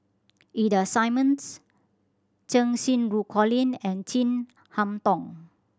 Ida Simmons Cheng Xinru Colin and Chin Harn Tong